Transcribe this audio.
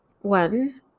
One